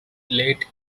late